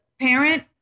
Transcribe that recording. parent